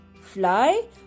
fly